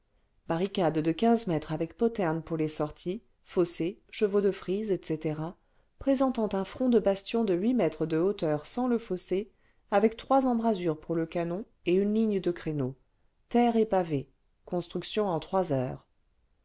barricade de mètres avec poterne pour les sorties fossé chevaux de frise etc présentant un front de bastion de huit mètres de hauteur sans le fossé avec trois embrasures pour le canon et une ligne de créneaux terre et pavé construction en trois heures